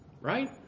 Right